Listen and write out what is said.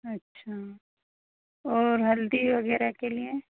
अच्छा और हल्दी वगैरह के लिए